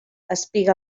espiga